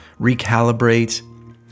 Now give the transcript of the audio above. recalibrate